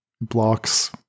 blocks